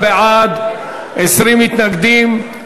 רבותי, 36 בעד ו-20 מתנגדים.